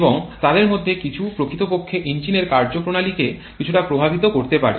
এবং তাদের মধ্যে কিছু প্রকৃতপক্ষে ইঞ্জিনের কার্যপ্রণালীকে কিছুটা প্রভাবিত করতে পারে